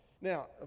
Now